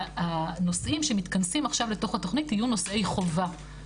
והנושאים שמתכנסים עכשיו לתוך התכנית יהיו נושאי חובה,